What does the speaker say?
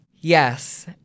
Yes